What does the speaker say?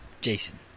Jason